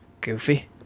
Goofy